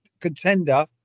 contender